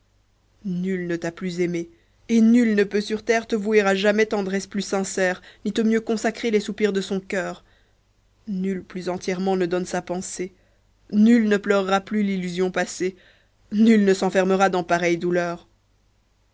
nul ne t'a plus aimée et nul ne peut sur terre te vouer à jamais tendresse plus sincère ni te mieux consacrer les soupirs de son coeur nul plus entièrement ne donne sa pensée nul ne pleurera plus l'illusion passée nul ne s'enfermera dans pareille douleur